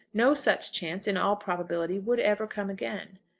no such chance in all probability would ever come again.